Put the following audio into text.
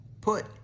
put